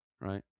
Right